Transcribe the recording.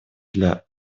для